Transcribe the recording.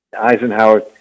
Eisenhower